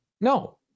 no